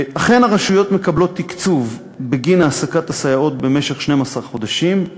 אכן הרשויות מקבלות תקצוב בגין העסקת הסייעות במשך 12 חודשים,